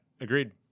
agreed